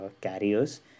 carriers